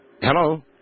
Hello